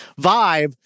vibe